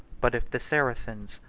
but if the saracens,